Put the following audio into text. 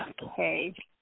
Okay